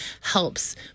helps